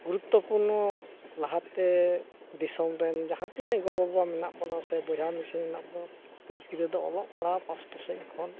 ᱜᱩᱨᱩᱛᱛᱚᱯᱩᱱᱱᱚ ᱞᱟᱦᱟᱛᱮ ᱫᱤᱥᱚᱢᱨᱮᱱ ᱡᱟᱦᱟᱸ ᱛᱤᱱᱟᱹᱜ ᱜᱚᱼᱵᱟᱵᱟ ᱢᱮᱱᱟᱜ ᱵᱚᱱᱟ ᱥᱮ ᱵᱚᱭᱦᱟ ᱢᱤᱥᱤ ᱢᱮᱱᱟᱜᱵᱚ ᱜᱤᱫᱟᱹᱨ ᱯᱤᱫᱟᱹᱨ ᱫᱚ ᱚᱞᱚᱜ ᱯᱟᱲᱦᱟᱣ ᱯᱟᱥᱴᱟ ᱥᱮᱱᱠᱷᱚᱱ